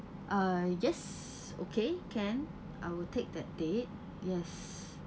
uh yes okay can I will take that date yes